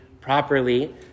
properly